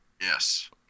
Yes